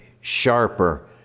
sharper